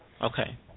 Okay